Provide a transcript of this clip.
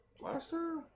blaster